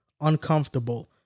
uncomfortable